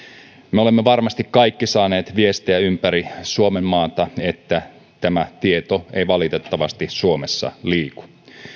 me olemme varmasti kaikki saaneet viestejä ympäri suomen maata että tieto ei valitettavasti suomessa liiku